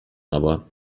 aber